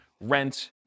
rent